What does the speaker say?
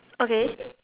okay